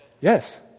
Yes